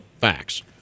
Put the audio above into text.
facts